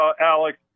Alex